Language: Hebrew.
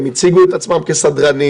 הם הציגו את עצמם כמאבטחים,